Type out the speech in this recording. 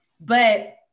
But-